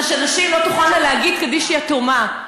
זה שנשים לא תוכלנה להגיד "קדיש יתומה".